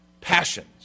Passions